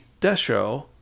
Desho